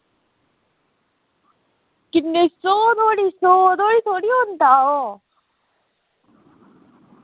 किन्ने दा सौ धोड़ी सौ दा थोह्ड़े औंदा ओह्